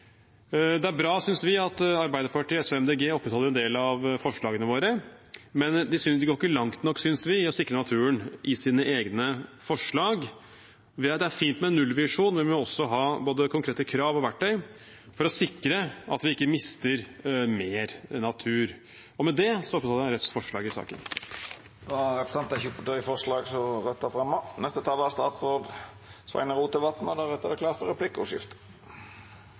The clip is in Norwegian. Det er bra, synes vi, at Arbeiderpartiet, SV og Miljøpartiet De Grønne opprettholder en del av forslagene våre, men vi synes ikke de går langt nok i å sikre naturen i sine egne forslag. Det er fint med en nullvisjon, men vi må også ha både konkrete krav og verktøy for å sikre at vi ikke mister mer natur. Med det opprettholder jeg Rødts forslag i saken. Då har representanten